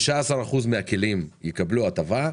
15% מהכלים יקבלו הטבה,